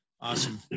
Awesome